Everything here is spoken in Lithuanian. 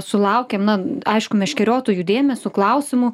sulaukėm na aišku meškeriotojų dėmesio klausimų